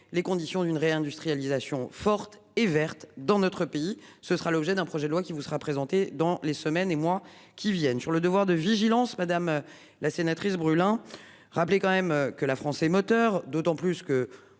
les conditions d'une réindustrialisation forte et verte dans notre pays, ce sera l'objet d'un projet de loi qui vous sera présenté dans les semaines et mois qui viennent sur le devoir de vigilance, madame la sénatrice brûlant rappeler quand même que la France est moteur d'autant plus que